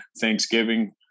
Thanksgiving